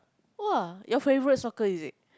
!wah! your favourite soccer is it